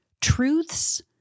truths